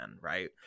right